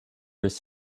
his